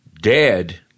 dead